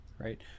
right